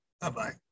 Bye-bye